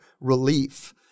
relief